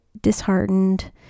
disheartened